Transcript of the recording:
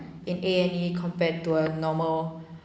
in a and e compared to a normal